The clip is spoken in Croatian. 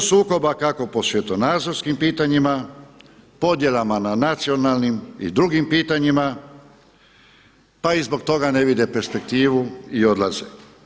I to sukoba kako po svjetonazorskim pitanjima, podjelama na nacionalnim i drugim pitanjima pa i zbog toga ne vide perspektivu i odlaze.